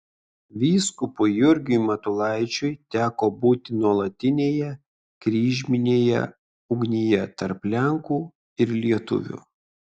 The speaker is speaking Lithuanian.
vyskupui jurgiui matulaičiui teko būti nuolatinėje kryžminėje ugnyje tarp lenkų ir lietuvių